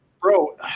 bro